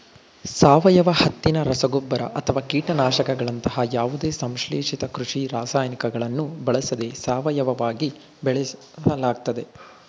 ಸಾವಯವ ಹತ್ತಿನ ರಸಗೊಬ್ಬರ ಅಥವಾ ಕೀಟನಾಶಕಗಳಂತಹ ಯಾವುದೇ ಸಂಶ್ಲೇಷಿತ ಕೃಷಿ ರಾಸಾಯನಿಕಗಳನ್ನು ಬಳಸದೆ ಸಾವಯವವಾಗಿ ಬೆಳೆಸಲಾಗ್ತದೆ